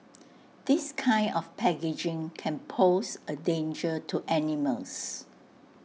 this kind of packaging can pose A danger to animals